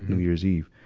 new year's eve.